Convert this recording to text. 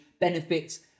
benefits